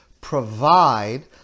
provide